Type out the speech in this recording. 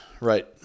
Right